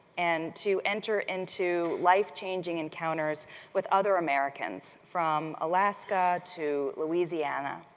and to enter into life-changing encounters with other americans, from alaska to louisiana,